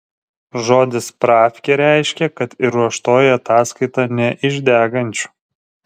žodis spravkė reiškė kad ir ruoštoji ataskaita ne iš degančių